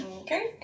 Okay